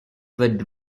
were